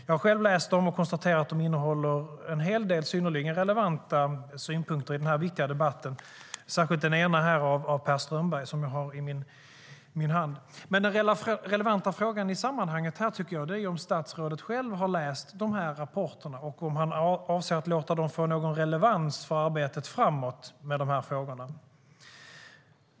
Jag har själv läst dem, och jag konstaterar att de innehåller en hel del synnerligen relevanta synpunkter i denna viktiga debatt. Det gäller särskilt den ena, av Per Strömberg, som jag har i min hand här. Den relevanta frågan i sammanhanget är dock om statsrådet själv har läst rapporterna och om han avser att låta dem få någon relevans för arbetet framåt med frågorna.